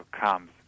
comes